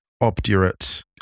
obdurate